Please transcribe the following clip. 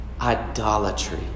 idolatry